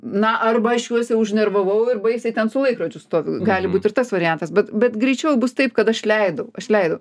na arba aš juos jau užnervavau ir baisiai ten su laikrodžiu stoviu gali būt ir tas variantas bet bet greičiau bus taip kad aš leidau aš leidau